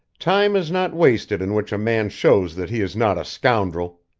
time is not wasted in which a man shows that he is not a scoundrel!